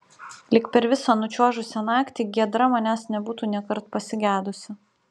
lyg per visą nučiuožusią naktį giedra manęs nebūtų nėkart pasigedusi